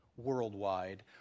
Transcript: worldwide